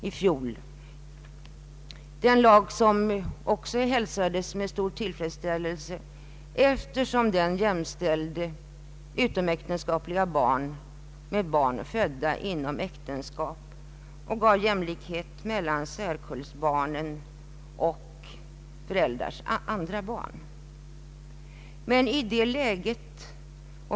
Det var en lag som hälsades med stor tillfredsställelse, eftersom den jämställde utomäktenskapliga barn med barn födda inom äktenskap och gav jämlikhet mellan särkullsbarn och föräldrarnas andra barn.